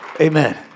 Amen